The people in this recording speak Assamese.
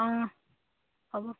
অঁ হ'ব